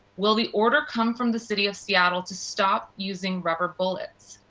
will be order come from the city of seattle to stop using rubber bullets?